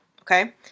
Okay